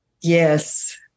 yes